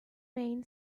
main